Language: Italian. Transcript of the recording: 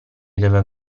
deve